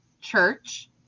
church